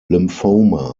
lymphoma